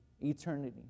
eternity